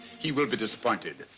he will be disappointed.